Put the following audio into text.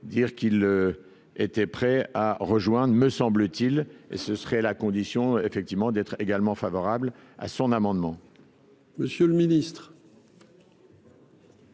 dire qu'il était prêt à rejoindre, me semble-t-il, et ce serait la condition, effectivement, d'être également favorables à son amendement. Monsieur le Ministre.